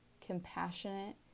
compassionate